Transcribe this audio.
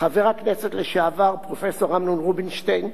חבר הכנסת לשעבר, פרופסור אמנון רובינשטיין,